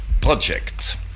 project